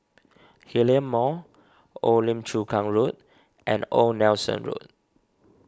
Hillion Mall Old Lim Chu Kang Road and Old Nelson Road